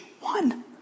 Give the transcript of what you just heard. one